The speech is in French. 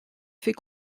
fait